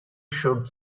should